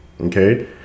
Okay